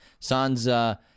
Sansa